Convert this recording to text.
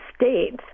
states